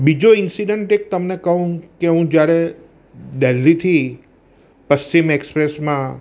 બીજો ઇન્સિડન્ટ એક તમને કહું કે હું જ્યારે દિલ્હીથી પશ્ચિમ એક્સપ્રેસમાં